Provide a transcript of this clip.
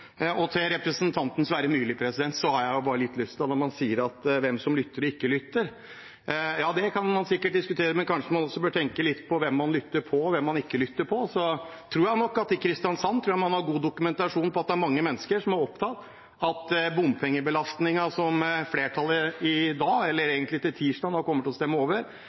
Og til representanten Sverre Myrli har jeg bare lyst til å si, når man snakker om hvem som lytter og ikke lytter: Ja, det kan man sikkert diskutere, men kanskje man også burde tenke litt på hvem man lytter til og ikke lytter til. Jeg tror nok at i Kristiansand har man god dokumentasjon på at det er mange mennesker som er opptatt av bompengebelastningen, som flertallet her på tirsdag kommer til å stemme over,